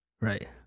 Right